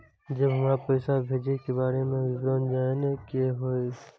जब हमरा पैसा भेजय के बारे में विवरण जानय के होय?